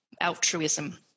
altruism